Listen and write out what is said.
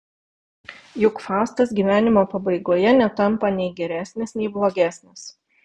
juk faustas gyvenimo pabaigoje netampa nei geresnis nei blogesnis